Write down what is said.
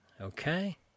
Okay